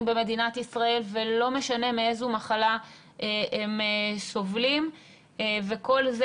במדינת ישראל ולא משנה מאיזה מחלה הם סובלים וכל זה